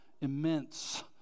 immense